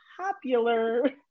popular